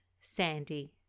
Sandy